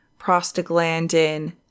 prostaglandin